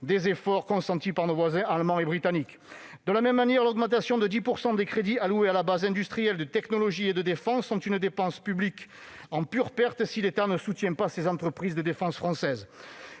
des efforts consentis par nos voisins allemands et britanniques. De la même manière, l'augmentation de 10 % des crédits alloués à la base industrielle de technologie et de défense est une dépense publique en pure perte si l'État ne soutient pas ses entreprises de défense. Ces